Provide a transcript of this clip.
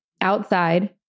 outside